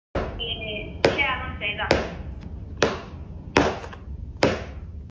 ते शैल होने चाहिदा